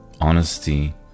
Honesty